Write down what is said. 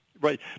right